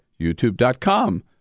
youtube.com